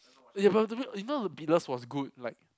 you know the Beatless was good like